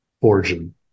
origin